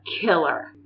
killer